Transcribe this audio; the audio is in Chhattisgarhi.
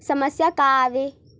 समस्या का आवे?